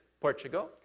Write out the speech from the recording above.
Portugal